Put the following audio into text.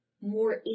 more